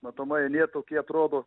matomai eilė tokie atrodo